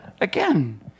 again